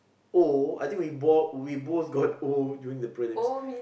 O I think we both we both got O during the prelims